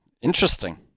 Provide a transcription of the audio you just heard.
Interesting